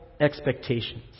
expectations